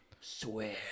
swear